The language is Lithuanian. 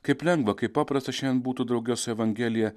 kaip lengva kaip paprasta šiandien būtų drauge su evangelija